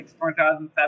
2007